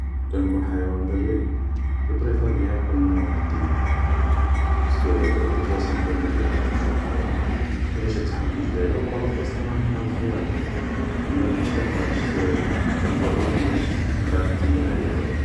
لو كان نكون حيوان بري, جو بريفار بيان نكون ديب, بارسكو ديجا سا مو بارماتري نشوف المعيشة تاعهم كيش دايرة, و الافوا سي ان انيمال فيار, كلي مام عيشتاه ما غاديش كلي مام هاديك لا جورني ما غاديش من بعد تندم عليها ولا